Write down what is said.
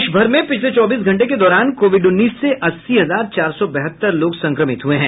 देश भर में पिछले चौबीस घंटे के दौरान कोविड उन्नीस से अस्सी हजार चार सौ बहत्तर लोग संक्रमित हुए हैं